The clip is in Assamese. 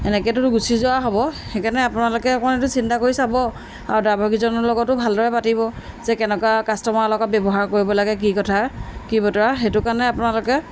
এনেকেতো গুচি যোৱা হ'ব সেইকাৰণে আপোনালোকে অকণ এইটো চিন্তা কৰি চাব আৰু ড্ৰাইভাৰ কিজনৰ লগতো ভালদৰে পাতিব যে কেনেকুৱা কাষ্টমাৰৰ লগত ব্যৱহাৰ কৰিব লাগে কি কথা কি বেতৰা সেইটো কাৰণে আপোনালোকে